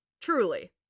Truly